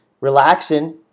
relaxing